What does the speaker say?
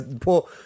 Poor